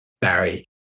Barry